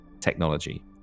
technology